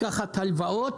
לקחת הלוואות,